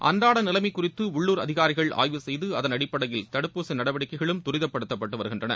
அன்றாட நிலைமை குறிதது உள்ளூர் அதிகாரிகள் ஆய்வு செய்து அதன் அடிப்படையில் தடுப்பூசி நடவடிக்கைகளும் துரிதப்படுத்தப்பட்டு வருகின்றன